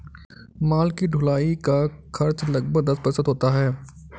माल की ढुलाई का खर्च लगभग दस प्रतिशत होता है